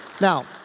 Now